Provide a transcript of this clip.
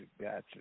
gotcha